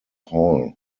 hall